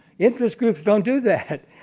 interest groups don't do that.